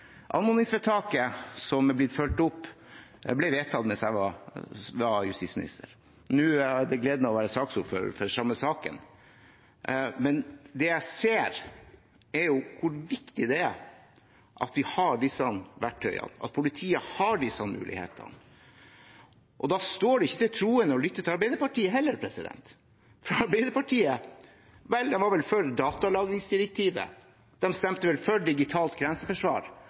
Anmodningsvedtaket som har blitt fulgt opp, ble vedtatt da jeg var justisminister. Nå har jeg gleden av å være saksordfører for den samme saken, og det jeg ser, er hvor viktig det er at vi har disse verktøyene, at politiet har disse mulighetene. Da står det ikke til troende å lytte til Arbeiderpartiet heller. De var vel for datalagringsdirektivet, og de stemte vel for et digitalt grenseforsvar